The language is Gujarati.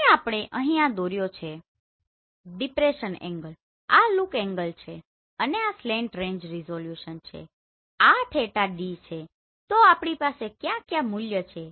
હવે આપણે અહીં આ દોર્યો છે ડિપ્રેસન એંગલ આ લુક એન્ગલ છે અને આ સ્લેંટ રેંજ રિઝોલ્યુશન છે આ theta D છે તો આપણી પાસે ક્યાં ક્યાં મૂલ્ય છે